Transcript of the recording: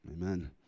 Amen